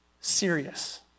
serious